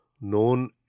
known